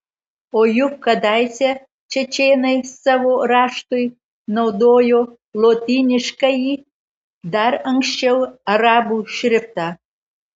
o juk kadaise čečėnai savo raštui naudojo lotyniškąjį dar anksčiau arabų šriftą